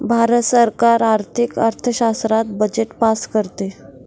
भारत सरकार आर्थिक अर्थशास्त्रात बजेट पास करते